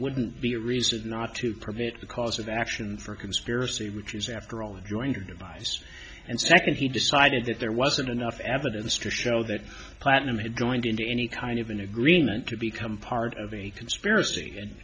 wouldn't be a reason not to prove it because of action for conspiracy which is after all enjoying your demise and second he decided that there wasn't enough evidence to show that platinum had going into any kind of an agreement to become part of a conspiracy and